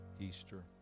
Easter